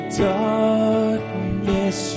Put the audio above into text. darkness